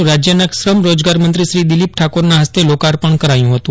નું રાજયના શ્રમ રોજગારમંત્રી શ્રી દિલીપભાઈ ઠાકોરના હસ્તે લોકાર્પણ કરાયું હતું